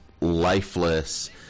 lifeless